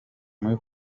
muri